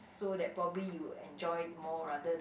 so that probably you will enjoy it more rather than